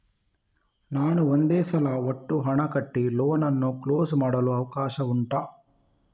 ನಾನು ಒಂದೇ ಸಲ ಒಟ್ಟು ಹಣ ಕಟ್ಟಿ ಲೋನ್ ಅನ್ನು ಕ್ಲೋಸ್ ಮಾಡಲು ಅವಕಾಶ ಉಂಟಾ